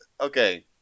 okay